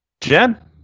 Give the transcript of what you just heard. Jen